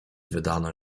wydano